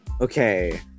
okay